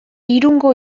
irungo